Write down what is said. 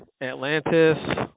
Atlantis